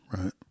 right